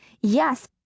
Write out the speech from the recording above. Yes